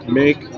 make